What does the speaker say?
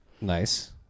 Nice